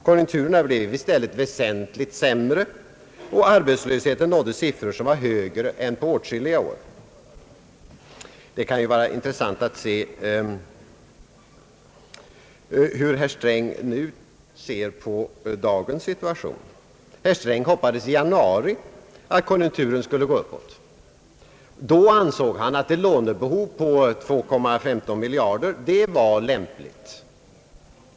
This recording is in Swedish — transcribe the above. Konjunkturerna blev i stället väsentlig försämrade, och arbetslösheten nådde siffror som var högre än på åtskilliga år. Det kan vara intressant att se hur herr Sträng nu ser på dagens situation. Herr Sträng hoppades i januari att konjunkturerna skulle gå upp. Då ansåg han att ett lånebehov på 2,15 miljarder kronor var lämpligt.